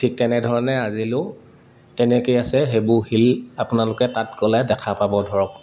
ঠিক তেনেধৰণে আজিলেও তেনেকেই আছে সেইবোৰ শিল আপোনালোকে তাত গ'লে দেখা পাব ধৰক